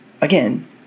again